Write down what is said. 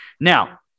Now